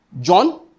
John